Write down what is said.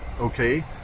okay